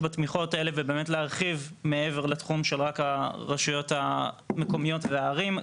ולהרחיב מעבר לתחום רק של הרשויות המקומיות והערים,